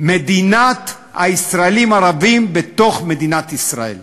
מדינת הישראלים הערבים בתוך מדינת ישראל.